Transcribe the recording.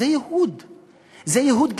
זה ייהוד.